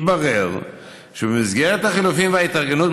מתברר שבמסגרת החילופים וההתארגנות